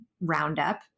Roundup